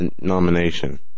nomination